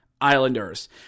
Islanders